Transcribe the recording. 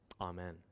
amen